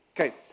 Okay